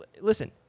Listen